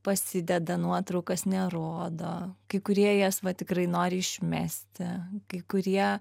pasideda nuotraukas nerodo kai kurie jas va tikrai nori išmesti kai kurie